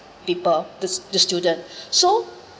people the the student so